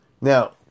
Now